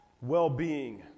well-being